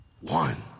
one